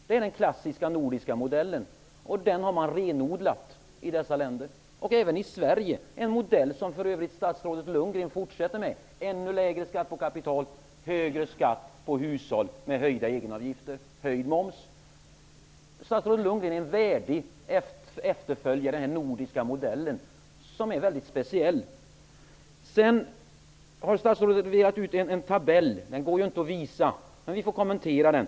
Det är den klassiska nordiska modellen, och den har man renodlat i dessa länder. Även i Sverige fortsätter statsrådet Bo Lundgren den modell som ger ännu lägre skatt på kapital och högre skatt på hushåll, med exempelvis höjda egenavgifter och höjd moms. Statsrådet Bo Lundgren är en värdig efterföljare av denna nordiska modell som är mycket speciell. Statsrådet har delat ut en tabell. Den går inte att visa. Men låt oss kommentera den!